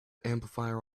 amplifier